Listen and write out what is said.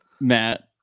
matt